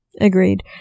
Agreed